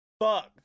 Fuck